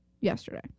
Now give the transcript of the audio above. yesterday